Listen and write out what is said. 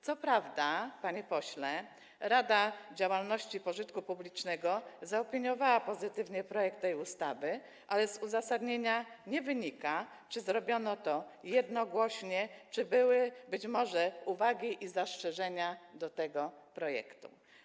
Co prawda, panie pośle, Rada Działalności Pożytku Publicznego zaopiniowała pozytywnie projekt tej ustawy, ale z uzasadnienia nie wynika, czy zrobiono to jednogłośnie, czy być może były uwagi i zastrzeżenia co do tego projektu.